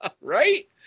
right